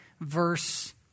verse